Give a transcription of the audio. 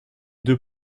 deux